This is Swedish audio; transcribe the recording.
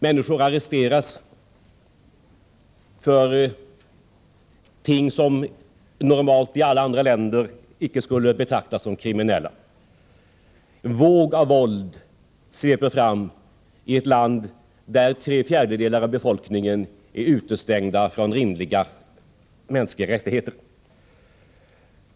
Människor arresteras för handlingar som normalt i alla andra länder icke skulle betraktas som kriminella. En våg av våld sveper fram i ett land där tre fjärdedelar av befolkningen utestängts från rimliga mänskliga rättigheter.